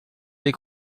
lès